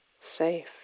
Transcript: safe